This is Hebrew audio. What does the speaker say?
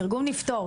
תרגום נפתור,